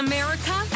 America